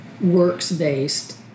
works-based